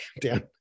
down